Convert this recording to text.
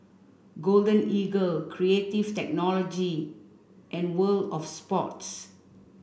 Golden Eagle Creative Technology and World Of Sports